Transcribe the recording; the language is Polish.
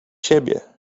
siebie